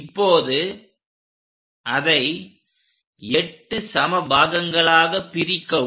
இப்போது அதை 8 சம பாகங்களாக பிரிக்கவும்